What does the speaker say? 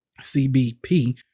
CBP